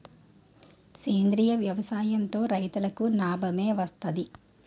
సేంద్రీయ వ్యవసాయం తో రైతులకి నాబమే వస్తది